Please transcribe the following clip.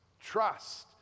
Trust